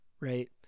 right